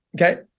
Okay